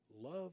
Love